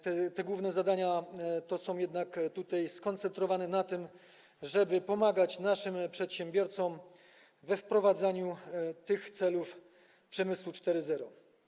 Te główne zadania są skoncentrowane na tym, żeby pomagać naszym przedsiębiorcom we wprowadzaniu tych celów przemysłu 4.0.